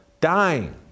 dying